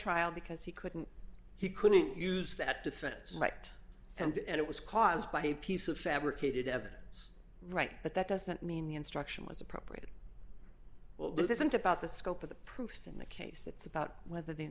trial because he couldn't he couldn't use that defense might sound and it was caused by a piece of fabricated evidence right but that doesn't mean the instruction was appropriated well this isn't about the scope of the proofs in the case it's about whether the